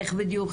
איך בדיוק